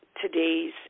today's